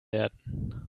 werden